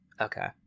Okay